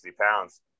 pounds